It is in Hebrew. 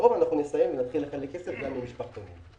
הקרוב ונתחיל לחלק כסף גם למשפחתונים.